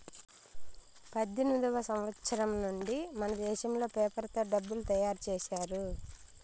పద్దెనిమిదివ సంవచ్చరం నుండి మనదేశంలో పేపర్ తో డబ్బులు తయారు చేశారు